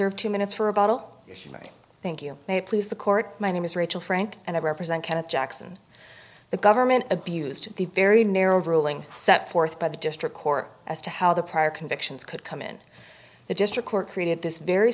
are two minutes for a bottle right thank you may please the court my name is rachel frank and i represent kenneth jackson the government abused the very narrow ruling set forth by the district court as to how the prior convictions could come in the district court created this very